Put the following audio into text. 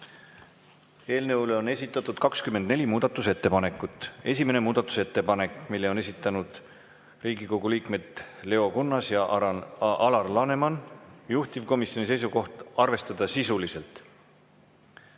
kohta on esitatud 24 muudatusettepanekut. Esimene muudatusettepanek, mille on esitanud Riigikogu liikmed Leo Kunnas ja Alar Laneman, juhtivkomisjoni seisukoht: arvestada sisuliselt.